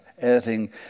editing